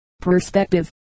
perspective